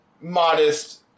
modest